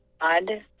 God